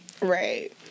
right